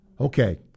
okay